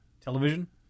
television